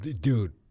dude